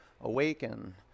awaken